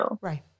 right